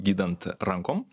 gydant rankom